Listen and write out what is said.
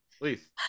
please